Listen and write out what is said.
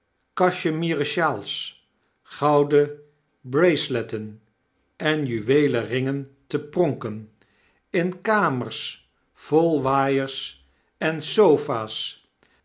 cachemieren sjaals gouden braceletten en juweelen ringen te pronken in kamers vol waaiers en sofa's